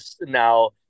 now –